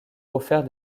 offert